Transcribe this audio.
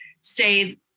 say